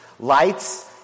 Lights